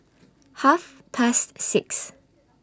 Half Past six